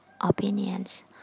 opinions